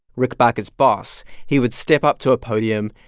rick barker's boss he would step up to a podium.